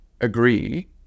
agree